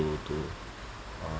to to uh